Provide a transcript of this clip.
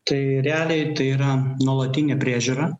tai realiai tai yra nuolatinė priežiūra